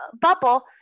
bubble